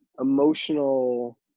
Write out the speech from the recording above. emotional